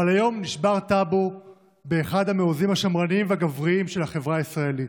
אבל היום נשבר טאבו באחד המעוזים השמרניים והגבריים של החברה הישראלית.